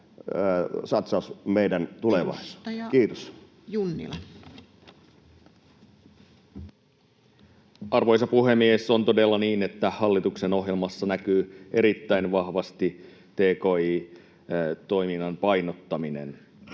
satsaus meidän tulevaisuuteen. — Kiitos. Edustaja Junnila. Arvoisa puhemies! On todella niin, että hallituksen ohjelmassa näkyy erittäin vahvasti tki-toiminnan painottaminen.